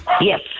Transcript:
yes